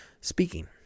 speaking